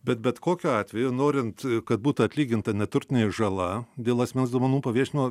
bet bet kokiu atveju norint kad būtų atlyginta neturtinė žala dėl asmens duomenų paviešinimo